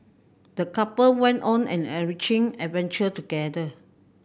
the couple went on an enriching adventure together